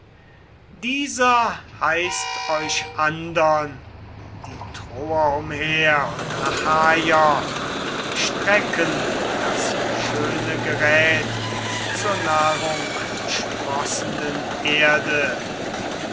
dieser heißt euch andern die troer umher und achaier strecken das schöne gerät zur nahrungsprossenden erde